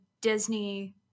Disney